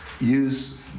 use